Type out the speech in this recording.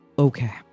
Okay